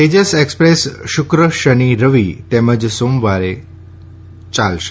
Tejas express શુક્ર શનિ રવિ તેમજ સોમવાર દરમિયાન ચાલશે